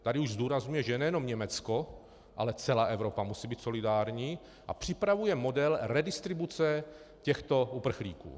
Tady už zdůrazňuje, že nejenom Německo, ale celá Evropa musí být solidární, a připravuje model redistribuce těchto uprchlíků.